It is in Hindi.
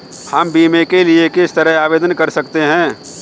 हम बीमे के लिए किस तरह आवेदन कर सकते हैं?